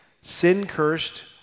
sin-cursed